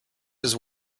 his